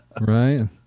Right